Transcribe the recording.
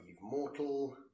mortal